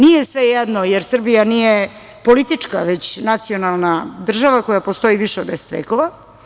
Nije svejedno jer Srbija nije politička, već nacionalna država koja postoji više od 10 vekova.